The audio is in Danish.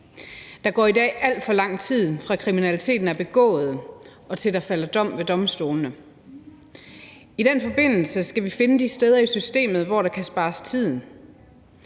Der går i dag alt for lang tid, fra kriminaliteten er begået, til der falder dom ved domstolene. I den forbindelse skal vi finde de steder i systemet, hvor der kan spares tid.